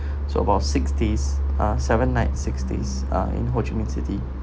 so about six days uh seven nights six days uh in ho chi minh city